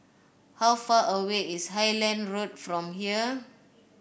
how far away is Highland Road from here